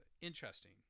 interesting